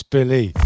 Billy